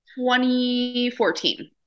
2014